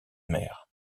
mère